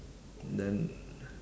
then